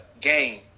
game